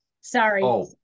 sorry